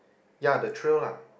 yeah the trail lah